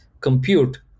compute